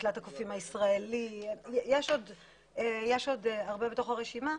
'מקלט הקופים הישראלי' ויש עוד הרבה בתוך הרשימה.